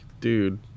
dude